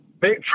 big